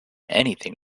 anything